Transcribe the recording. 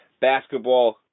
Basketball